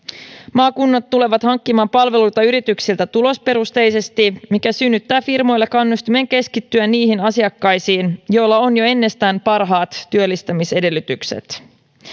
maakunnat tulevat hankkimaan palveluita yrityksiltä tulosperusteisesti mikä synnyttää firmoille kannustimen keskittyä niihin asiakkaisiin joilla on jo ennestään parhaat työllistämisedellytykset